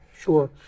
sure